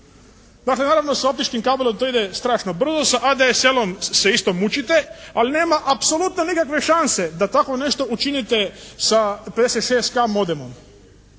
Dakle, naravno sa optičkim kabelom to ide strašno brzo, sa ADSL-om se isto mučite, ali nema apsolutno nikakve šanse da takvo nešto učinite sa 56K modemom.